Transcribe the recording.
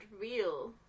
real